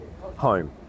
home